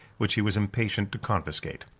which he was impatient to confiscate.